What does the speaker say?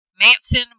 Manson